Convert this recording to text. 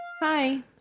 Hi